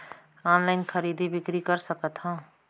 Online खरीदी बिक्री कर सकथव?